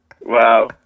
Wow